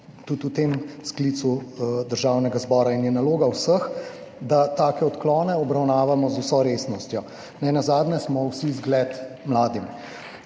tudi v tem sklicu Državnega zbora, in je naloga vseh, da take odklone obravnavamo z vso resnostjo. Nenazadnje smo vsi zgled mladim.